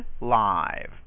live